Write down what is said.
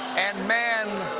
and man